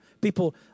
People